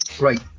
Right